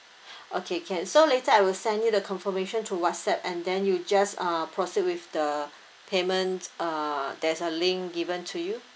okay can so later I will send you the confirmation through WhatsApp and then you just uh proceed with the payment uh there's a link given to you